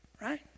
right